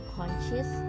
conscious